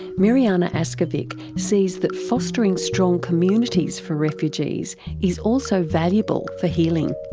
mirjana askovic sees that fostering strong communities for refugees is also valuable for healing.